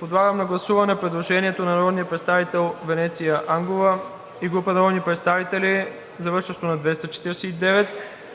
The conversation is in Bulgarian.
Подлагам на гласуване предложението на народния представител Венеция Ангова и група народни представители, завършващо на 249,